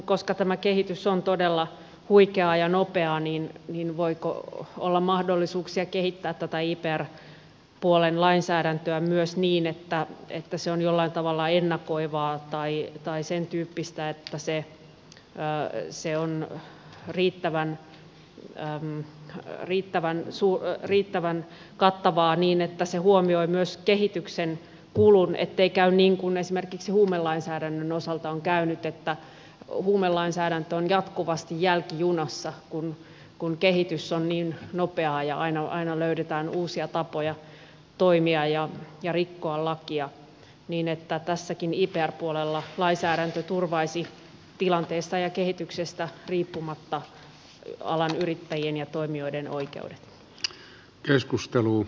koska tämä kehitys on todella huikeaa ja nopeaa voiko olla mahdollisuuksia kehittää tätä ipr puolen lainsäädäntöä myös niin että se on jollain tavalla ennakoivaa tai sen tyyppistä että se on riittävän kattavaa niin että se huomioi myös kehityksen kulun ettei käy niin kuin esimerkiksi huumelainsäädännön osalta on käynyt että huumelainsäädäntö on jatkuvasti jälkijunassa kun kehitys on niin nopeaa ja aina löydetään uusia tapoja toimia ja rikkoa lakia niin että tässä ipr puolellakin lainsäädäntö turvaisi tilanteesta ja kehityksestä riippumatta alan yrittäjien ja toimijoiden oikeudet